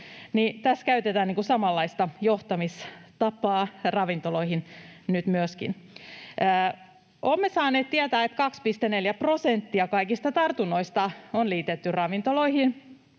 siitä. Tässä käytetään nyt samanlaista johtamistapaa myöskin ravintoloihin. Olemme saaneet tietää, että 2,4 prosenttia kaikista tartunnoista on liitetty ravintoloihin,